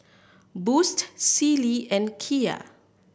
Boost Sealy and Kia